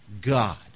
God